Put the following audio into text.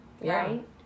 Right